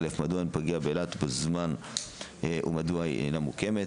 מדוע אין פגייה באילת ומדוע היא אינה מוקמת?